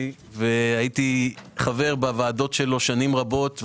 והייתי חבר בוועדות שלו במשך שנים רבות,